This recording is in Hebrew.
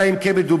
אלא אם כן מדובר,